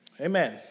Amen